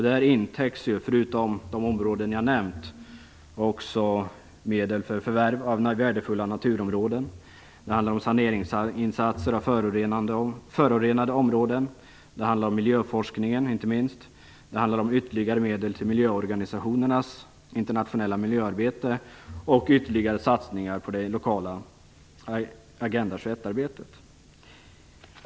Där täcks in, förutom de områden jag nämnt, också medel för förvärv av värdefulla naturområden, saneringsinsatser för förorenade områden, miljöforskningen inte minst, ytterligare medel till miljöorganisationernas internationella miljöarbete och ytterligare satsningar på det lokala Agenda 21-arbetet.